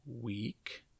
week